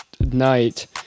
night